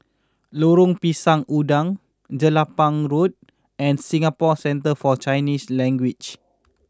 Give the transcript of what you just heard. Lorong Pisang Udang Jelapang Road and Singapore Centre For Chinese Language